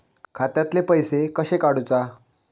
खात्यातले पैसे कशे काडूचा?